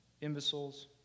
imbeciles